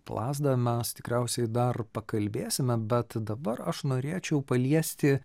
plazda mes tikriausiai dar pakalbėsime bet dabar aš norėčiau paliesti